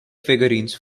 figurines